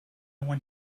want